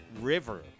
River